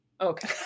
okay